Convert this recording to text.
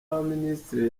y’abaminisitiri